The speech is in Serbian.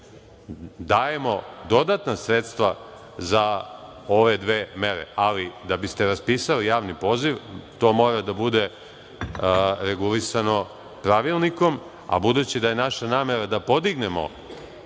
dinara. Dajemo dodatna sredstva za ove dve mere. Da biste raspisali javni poziv, to mora da bude regulisano pravilnikom, a budući da je naša namera da podignemo